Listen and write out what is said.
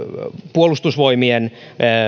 puolustusvoimien